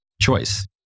choice